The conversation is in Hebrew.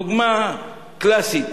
דוגמה קלאסית: